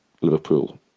Liverpool